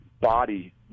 body